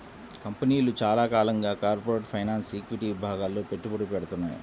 కంపెనీలు చాలా కాలంగా కార్పొరేట్ ఫైనాన్స్, ఈక్విటీ విభాగాల్లో పెట్టుబడులు పెడ్తున్నాయి